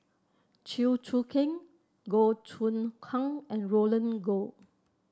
Chew Choo Keng Goh Choon Kang and Roland Goh